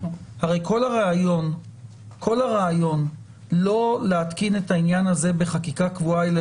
הרי כל הרעיון לא להתקין את העניין הזה בחקיקת קבועה אלא